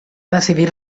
decidir